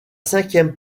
cinquième